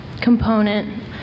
component